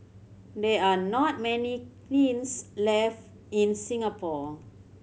there are not many kilns left in Singapore